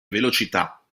velocità